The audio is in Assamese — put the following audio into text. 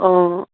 অঁ